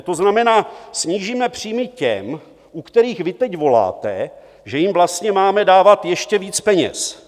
To znamená, snížíme příjmy těm, u kterých vy teď voláte, že jim vlastně máme dávat ještě víc peněz.